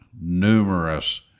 numerous